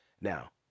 now